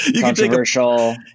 controversial